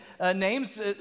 names